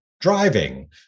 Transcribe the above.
driving